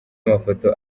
amafoto